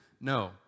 no